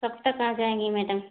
कब तक आ जाएँगी मैडम